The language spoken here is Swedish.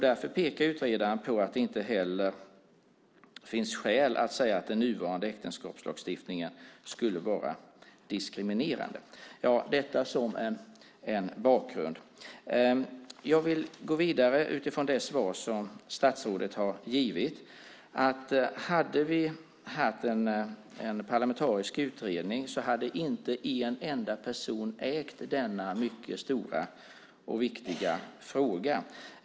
Därför pekar utredaren på att det inte heller finns skäl att säga att den nuvarande äktenskapslagstiftningen är diskriminerande - detta som en bakgrund. Jag vill gå vidare utifrån det svar som statsrådet har givit. Hade vi haft en parlamentarisk utredning skulle inte en enda person ha ägt denna mycket stora och viktiga fråga.